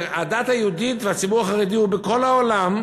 הדת היהודית והציבור החרדי הוא בכל העולם,